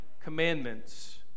commandments